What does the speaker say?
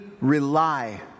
rely